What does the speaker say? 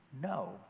No